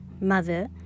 mother